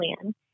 plan